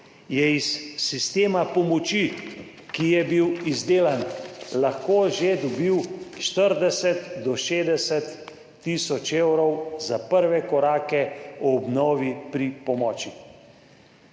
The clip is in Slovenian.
je iz sistema pomoči, ki je bil izdelan, lahko že dobil 40 do 60.000 evrov za prve korake o obnovi pri pomoči.